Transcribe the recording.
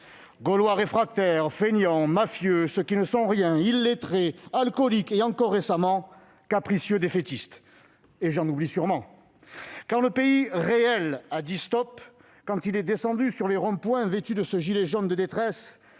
réfractaires »,« fainéants »,« mafieux »,« gens qui ne sont rien »,« illettrés »,« alcooliques », encore récemment « capricieux » et « défaitistes », et j'en oublie sûrement ... Quand le pays réel a dit stop, quand il est descendu sur les ronds-points vêtu de ce gilet jaune de détresse,